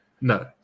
No